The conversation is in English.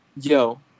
yo